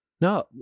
No